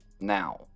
Now